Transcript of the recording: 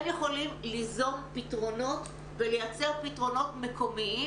הם יכולים ליזום פתרונות ולייצר פתרונות מקומיים,